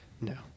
No